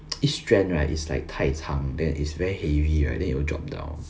each strand right is like 太长 then it's very heavy right then it will drop down